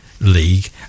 league